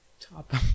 Top